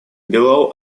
below